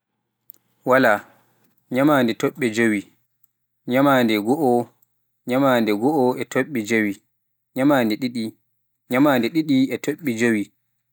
waala, nyamade tobbe jeewi, nyamade goo, nyamade goo e tobbe jeewi, nyamade ɗiɗi, nyamande ɗiɗe tobbe jeewi.